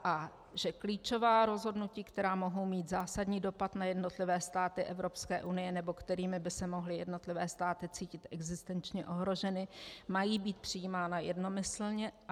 a) že klíčová rozhodnutí, která mohou mít zásadní dopad na jednotlivé státy Evropské unie nebo kterými by se mohly jednotlivé státy cítit existenčně ohroženy, mají být přijímána jednomyslně a